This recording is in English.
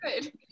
good